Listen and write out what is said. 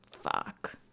fuck